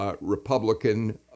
Republican